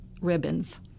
ribbons